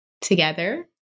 together